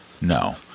no